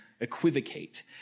equivocate